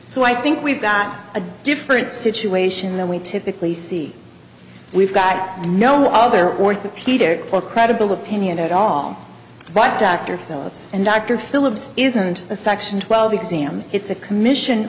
so i think we've got a different situation than we typically see we've got no other orthopedic or credible opinion at all but dr phillips and dr phillips isn't a section twelve exam it's a commission